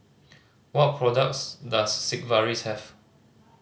what products does Sigvaris have